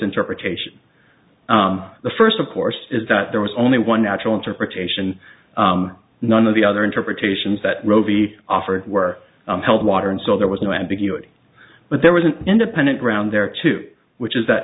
interpretation the first of course is that there was only one natural interpretation none of the other interpretations that roe v offered were held water and so there was no ambiguity but there was an independent ground there too which is that